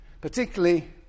Particularly